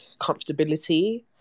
comfortability